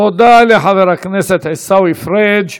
תודה לחבר הכנסת עיסאווי פריג'.